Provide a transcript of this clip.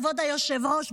כבוד היושב-ראש,